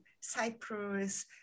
Cyprus